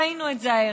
ראינו את זה הערב,